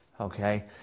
okay